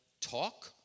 talk